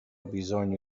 bisogno